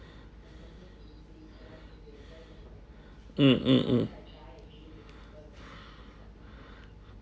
mm mm mm